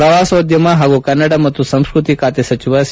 ಪ್ರವಾಸೋದ್ದಮ ಹಾಗೂ ಕನ್ನಡ ಮತ್ತು ಸಂಸ್ಕತಿ ಖಾತೆ ಸಚಿವ ಸಿ